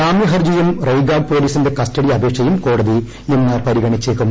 ജാമ്യ ഹർജ്ജിയും റെയ്ഗാഡ് പോലീസിന്റെ കസ്റ്റഡി അപേക്ഷയും കോടതി ഇന്ന് പരിഗണിച്ചേക്കും